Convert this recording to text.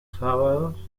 sábados